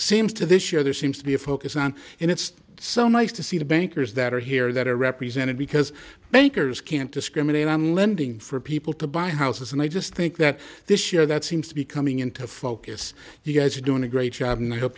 seems to this year there seems to be a focus on and it's so nice to see the bankers that are here that are represented because bankers can't discriminate on lending for people to buy houses and i just think that this year that seems to be coming into focus you guys are doing a great job and